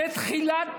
זה תחילת תהליך.